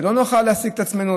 כשלא נוכל להעסיק את עצמנו,